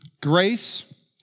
Grace